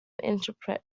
interpret